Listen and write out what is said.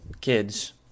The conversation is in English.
kids